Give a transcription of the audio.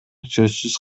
сөзсүз